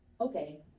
Okay